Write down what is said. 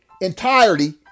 entirety